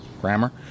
grammar